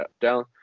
down